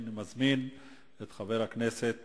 אני מזמין את חבר הכנסת